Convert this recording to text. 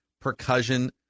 percussion